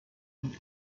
und